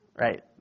Right